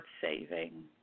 saving